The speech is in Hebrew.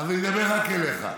אז אני אדבר רק אליך.